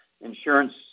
Insurance